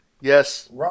Yes